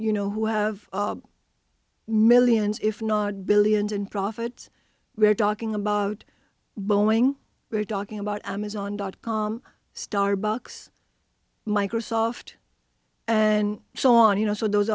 you know who have millions if not billions in profit we're talking about boeing they're talking about amazon dot com starbucks microsoft and so on you know so those